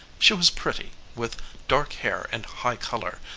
she was pretty, with dark hair and high color,